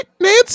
Nancy